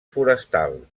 forestal